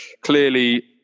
clearly